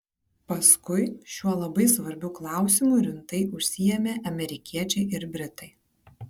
paskui šiuo labai svarbiu klausimu rimtai užsiėmė amerikiečiai ir britai